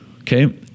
okay